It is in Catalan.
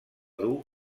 dur